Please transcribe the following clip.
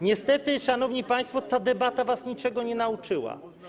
Niestety, szanowni państwo, ta debata was niczego nie nauczyła.